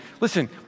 Listen